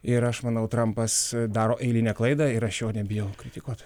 ir aš manau trampas daro eilinę klaidą ir aš jo nebijau kritikuoti